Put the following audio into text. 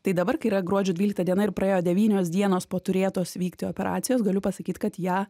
tai dabar kai yra gruodžio dvylikta diena ir praėjo devynios dienos po turėtos vykti operacijos galiu pasakyt kad ją